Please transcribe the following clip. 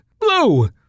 Blue